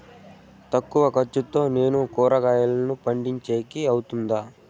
తక్కువ ఖర్చుతో నేను కూరగాయలను పండించేకి అవుతుందా?